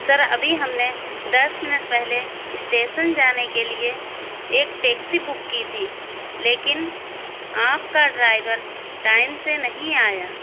سر ابھی ہم نے دس منٹ پہلے اسٹیسن جانے کے لیے ایک ٹیکسی بک کی تھی لیکن آپ کا ڈرائیور ٹائم سے نہیں آیا